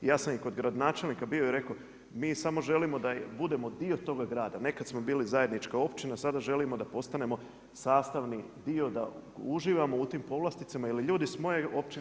Ja sam i kod gradonačelnika bio i rekao mi samo želimo da budemo dio toga garada, nekad smo bili zajednička općina, sada želimo da postane sastavni dio, da uživamo u tim povlasticama jer ljudi s moje općine